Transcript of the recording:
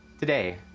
Today